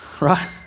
Right